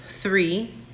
three